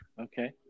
Okay